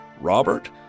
Robert